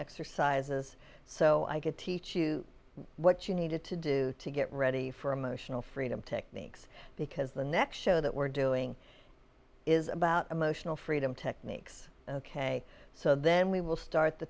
exercises so i get teach you what you needed to do to get ready for emotional freedom techniques because the next show that we're doing is about emotional freedom techniques ok so then we will start the